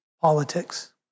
politics